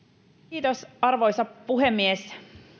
arvoisa puhemies